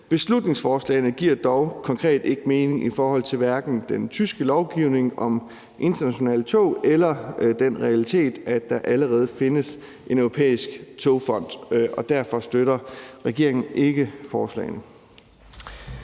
Beslutningsforslaget giver dog konkret ikke mening, hverken i forhold til den tyske lovgivning om internationale tog eller den realitet, at der allerede findes en europæisk togfond. Derfor støtter regeringen ikke forslagene.